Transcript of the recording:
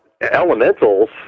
elementals